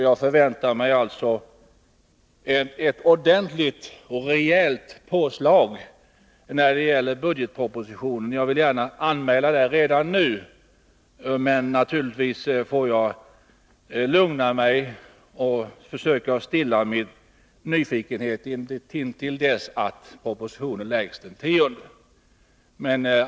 Jag förväntar mig alltså ett ordentligt och rejält påslag när det gäller budgetpropositionen. Jag vill gärna anmäla detta redan nu, men naturligtvis får jag lugna mig och försöka stilla min nyfikenhet intill dess att propositionen läggs fram den 10 januari.